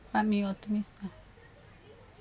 what make you optimist ah